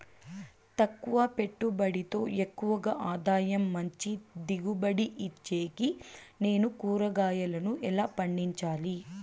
తక్కువ పెట్టుబడితో ఎక్కువగా ఆదాయం మంచి దిగుబడి ఇచ్చేకి నేను కూరగాయలను ఎలా పండించాలి?